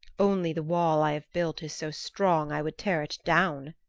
only the wall i have built is so strong i would tear it down,